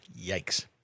Yikes